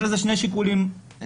יש לזה שני שיקולים מרכזיים,